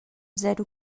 zero